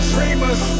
Dreamers